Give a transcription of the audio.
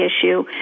issue